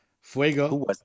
Fuego